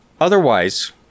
Otherwise